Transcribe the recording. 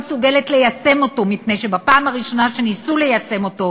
הכנסת, שבתוך שנה נאלצו להצביע בעד החוקים,